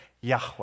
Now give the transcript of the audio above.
Yahweh